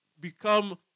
become